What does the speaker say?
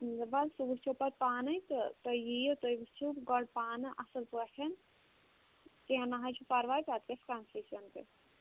وۅلہٕ سا سُہ وُچھو پَتہٕ پانے تہٕ تُہۍ یِیِو تُہۍ وُچھِو گۅڈٕ پانہٕ اَصٕل پٲٹھۍ کیٚنٛہہ نہَ حظ چھُنہٕ پَرٕواے پَتہٕ گژھِ کنسیٚشَن تہِ